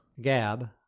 gab